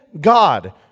God